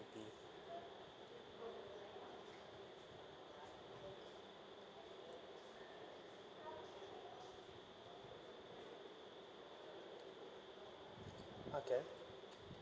okay